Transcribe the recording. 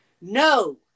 no